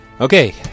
Okay